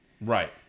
Right